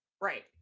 Right